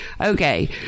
Okay